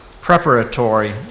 preparatory